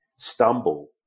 Stumble